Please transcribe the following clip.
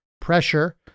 Pressure